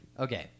Okay